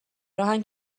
راهن